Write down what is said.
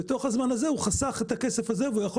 בזמן הזה הוא חסך את הכסף הזה והוא יכול